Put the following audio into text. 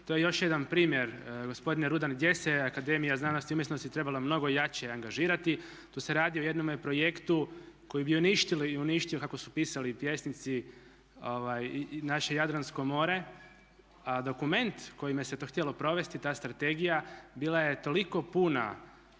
to je još jedan primjer gospodine Rudan gdje se je akademija znanosti i umjetnosti trebala mnogo jače angažirati. Tu se radi o jednome projektu koji bi uništili i uništio kako su pisali pjesnici i naše Jadransko more. A dokument kojime se to htjelo provesti, ta strategija bila je toliko puna